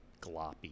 gloppy